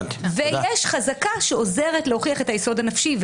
יש חזקה שעוזרת להוכיח את היסוד הנפשי,